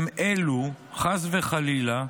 אם אלו, חס וחלילה,